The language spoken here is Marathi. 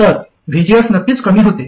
तर VGS नक्कीच कमी होते